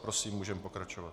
Prosím, můžeme pokračovat.